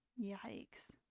Yikes